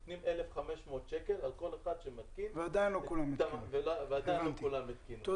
נותנים 1,500 שקל על כל אחד שמתקין ועדיין לא כולם התקינו.